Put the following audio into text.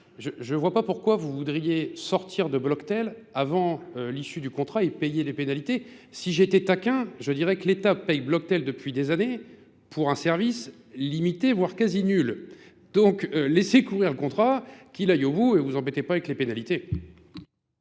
Je vois pas pourquoi vous voudriez sortir de block-tail avant l'issue du contrat et payer les pénalités. Si j'étais taquin, je dirais que l'Etat paye block-tail depuis des années pour un service limité voire quasi nul. Donc laissez courir le contrat, qu'il aille au bout et vous embêtez pas avec les pénalités.